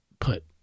put